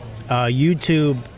YouTube